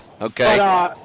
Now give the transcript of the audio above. okay